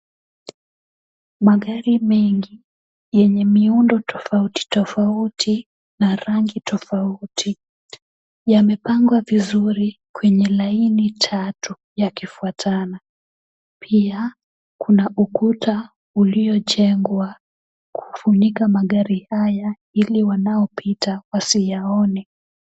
Magari mengi yenye miundo tofauti tofauti na rangi tofauti yamepangwa vizuri kwenye laini tatu yakifuatana. Pia, kuna ukuta uliojengwa kufunika magari haya ili wanaopita wasiyaone.